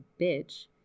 bitch